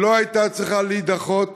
שלא הייתה צריכה להידחות,